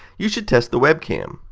you should test the webcam.